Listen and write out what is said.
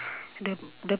the the